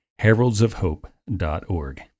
heraldsofhope.org